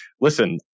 listen